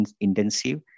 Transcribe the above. intensive